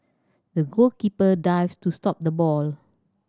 the goalkeeper dived to stop the ball